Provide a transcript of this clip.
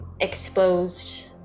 exposed